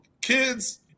kids